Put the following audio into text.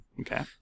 okay